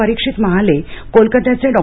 परीक्षित महाले कोलकात्याचे डॉ